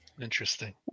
Interesting